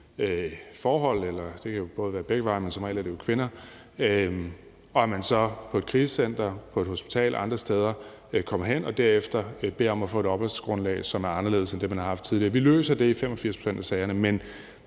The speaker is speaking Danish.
forhold, det kan jo være begge veje, men som regel er det kvinder, og så kommer hen på et krisecenter, på et hospital eller et andet sted og derefter beder om at få et opholdsgrundlag, som er anderledes end det, man har haft tidligere, løser vi i 85 pct. af sagerne. Men